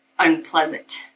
unpleasant